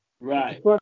Right